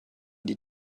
die